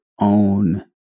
own